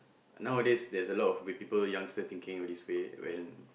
nowadays there's a lot of weird people youngster thinking all these way when